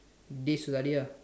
days to study lah